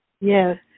Yes